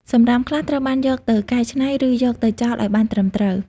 សំរាមខ្លះត្រូវបានយកទៅកែច្នៃ ឬយកទៅចោលឱ្យបានត្រឹមត្រូវ។